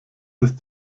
ist